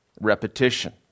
repetition